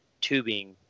tubing